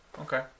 okay